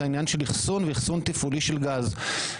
זה עניין של אחסון ואחסון תפעולי של גז.